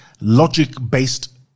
logic-based